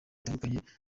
bitandukanye